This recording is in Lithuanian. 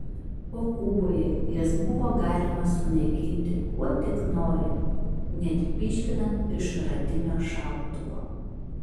o kuboje jas buvo galima sunaikinti kuo tik nori net pyškinant iš šratinio šautuvo